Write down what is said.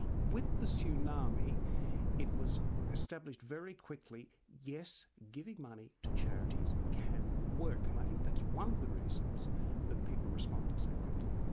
with the tsunami it was established very quickly yes, giving money to charities can work and i think that's one of the reasons that people responded so quickly.